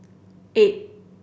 eight